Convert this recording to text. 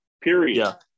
period